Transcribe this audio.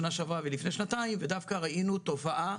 שנה שעברה ולפני שנתיים ודווקא ראינו תופעה